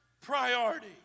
priority